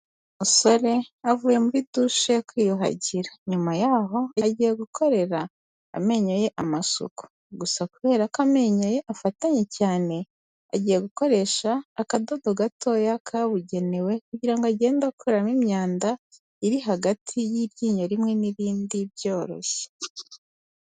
Umusore avuye muri dushe kwiyuhagira. Nyuma yaho agiye gukorera amenyo ye amasuku. Gusa kubera ko amenyo ye afatanye cyane agiye gukoresha akadodo gatoya kabugenewe kugira ngo agende akuramo imyanda, iri hagati y'iryinyo rimwe n'ibindi byoroshye.